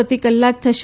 પ્રતિ કલાક થશે